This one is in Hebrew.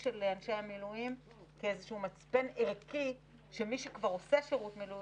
של אנשי המילואים כמצפן ערכי שמי שכבר עושה שירות מילואים,